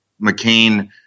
McCain